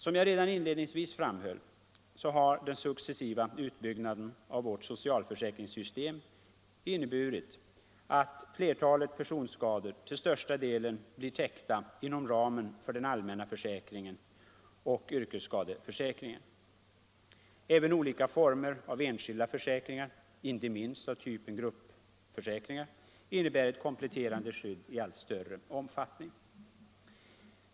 Som jag redan inledningsvis framhöll har den successiva utbyggnaden av vårt socialförsäkringssystem inneburit att flertalet personskador till största delen blir täckta inom ramen för den allmänna försäkringen och yrkesskadeförsäkringen. Även olika former av enskilda försäkringar, inte minst av typen gruppförsäkringar, innebär ett kompletterande skydd i allt större omfattning.